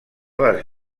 les